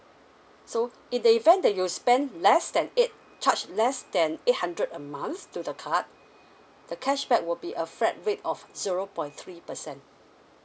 so in the event that you spend less than eight charge less than eight hundred a month to the card the cashback will be a flat rate of zero point three percent